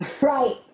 Right